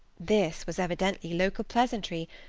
this was evidently local pleasantry,